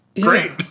great